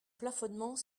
plafonnement